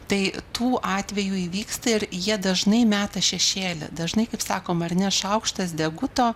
tai tų atvejų įvyksta ir jie dažnai meta šešėlį dažnai kaip sakom ar ne šaukštas deguto